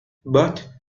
but